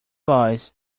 boys